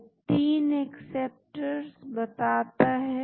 यह तीन एक्सेप्टर्स बताता है